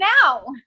now